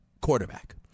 quarterback